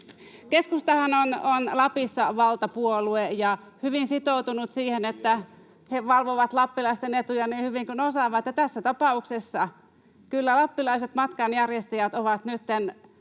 Keskustahan on Lapissa valtapuolue ja hyvin sitoutunut siihen, että he valvovat lappilaisten etuja niin hyvin kuin osaavat, ja tässä tapauksessa kyllä lappilaiset matkanjärjestäjät ovat nytten